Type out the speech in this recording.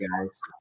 guys